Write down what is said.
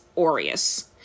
aureus